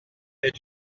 est